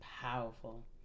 powerful